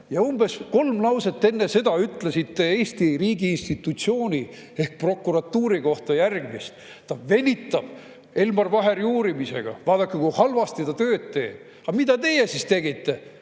Umbes kolm lauset enne seda ütlesite Eesti riigiinstitutsiooni ehk prokuratuuri kohta järgmist: ta venitab Elmar Vaheri uurimisega, vaadake, kui halvasti ta tööd teeb. Aga mida teie siis tegite?